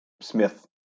Smith